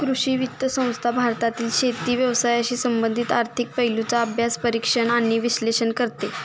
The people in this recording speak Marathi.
कृषी वित्त संस्था भारतातील शेती व्यवसायाशी संबंधित आर्थिक पैलूंचा अभ्यास, परीक्षण आणि विश्लेषण करते